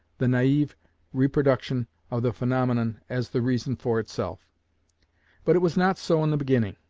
the naif reproduction of the phaenomenon as the reason for itself but it was not so in the beginning.